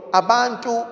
abantu